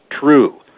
true